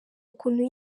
ukuntu